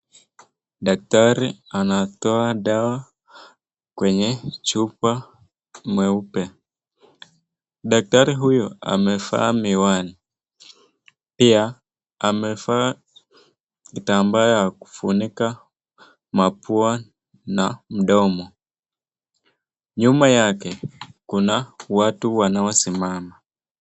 Daktari anatoa dawa kwenye chupa mweupe. Daktari huyu amevaa miwani pia amevaa kitambaa ya kufunika mapua na mdomo. Nyuma yake kuna watu wanaosimama.